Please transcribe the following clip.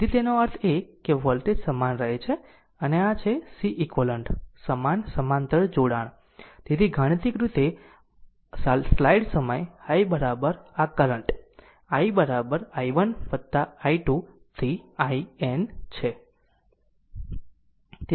તેથી એનો અર્થ એ કે વોલ્ટેજ સમાન રહે છે અને આ છે Ceq સમાન સમાંતર જોડાણ તેથી ગાણિતિક રીતે માટે સ્લાઈડ સમય i આ current i i i1 i2 થી iN છે